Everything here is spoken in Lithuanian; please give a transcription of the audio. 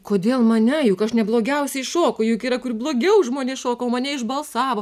kodėl mane juk aš ne blogiausiai šoku juk yra kur blogiau žmonės šoko o mane išbalsavo